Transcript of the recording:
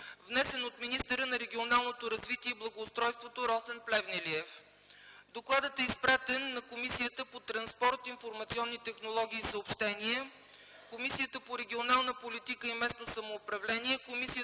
внесен от министъра на регионалното развитие и благоустройството Росен Плевнелиев. Докладът е изпратен на: Комисията по транспорт, информационни технологии и съобщения; Комисията по регионална политика и местно самоуправление;